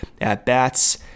at-bats